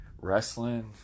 Wrestling